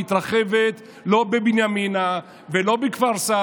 בהמשך, רמיסה של מגזר שלם שלא יוכל להשתתף,